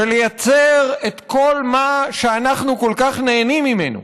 ולייצר את כל מה שאנחנו כל כך נהנים ממנו,